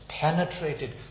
penetrated